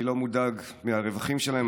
אני לא מודאג מהרווחיים שלהם,